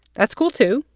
that's cool, too.